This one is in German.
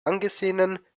angesehenen